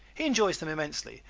he enjoys them immensely,